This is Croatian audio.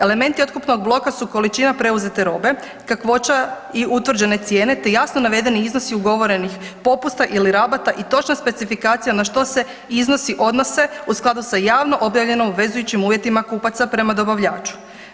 Elementi otkupnog bloka su količina preuzete robe, kakvoća i utvrđene cijene te jasno navedeni iznosi ugovorenih popusta ili rabata i točna specifikacija na što se iznosi odnose u skladu sa javno objavljenom obvezujućim uvjetima kupaca prema dobavljaču.